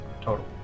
Total